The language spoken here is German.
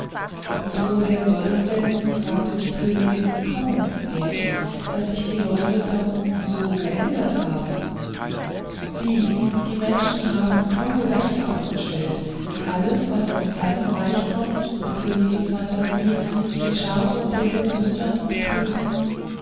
und woher soll es denn fragte die königin kommen märchen daß sich die leute da unten so geändert haben sieh die menschen haben kluge wächter aufgestellt die alles was aus deinem reich kommt o königin phantasie mit scharfem blicke mustern und prüfen